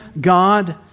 God